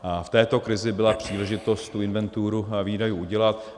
V této krizi byla příležitost tu inventuru výdajů udělat.